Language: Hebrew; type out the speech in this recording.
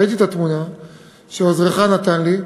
ראיתי את התמונה שעוזרך נתן לי.